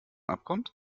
abgrund